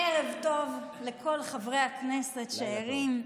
ערב טוב לכל חברי הכנסת שערים.